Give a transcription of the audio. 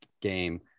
game